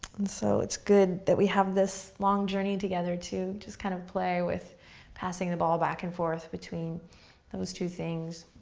and so it's good that we have this long journey together to just kind of play with passing the ball back and forth between those two things.